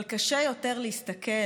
אבל קשה יותר להסתכל